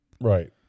Right